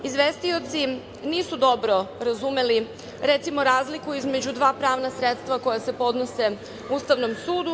Izvestioci nisu dobro razumeli, recimo, razliku između dva pravna sredstva koja se podnose Ustavnom sudu.